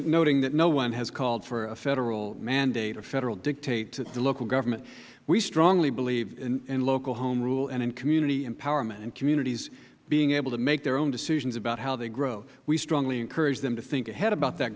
that no one has called for a federal mandate or federal dictate to the local government we strongly believe in local home rule and in community empowerment and communities being able to make their own decisions about how they grow we strongly encourage them to think ahead about that